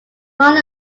long